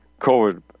COVID